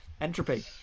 entropy